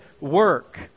work